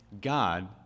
God